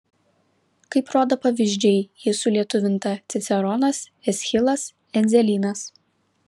kaip rodo pavyzdžiai ji sulietuvinta ciceronas eschilas endzelynas